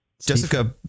Jessica